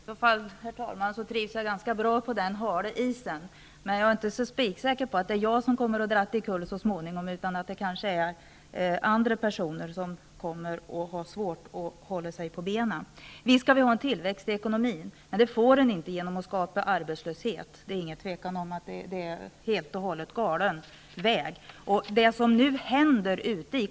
Fru talman! I så fall trivs jag ganska bra på den hala isen. Jag är inte så spiksäker på att det är jag som kommer att dras omkull så småningom, utan det är kanske andra som kommer att ha det svårt att hålla sig på benen. Visst skall vi ha en tillväxt i ekonomin, men den får man inte genom att skapa arbetslöshet. Det är inget tvivel om att det är en helt och hållet galen väg.